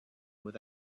with